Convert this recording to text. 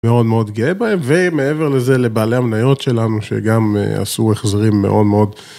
מאוד מאוד גאה בהם, ומעבר לזה לבעלי המניות שלנו שגם עשו איחזרים מאוד מאוד.